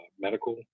medical